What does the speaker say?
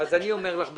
אז אני אומר לך במישרין.